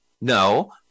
No